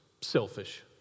selfish